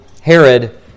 Herod